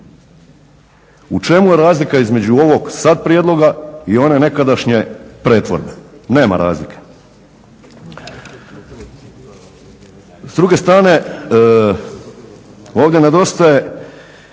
U čemu je razlika između ovog sad prijedloga i one nekadašnje pretvorbe? Nema razlike. S druge strane ovdje nedostaje